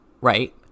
right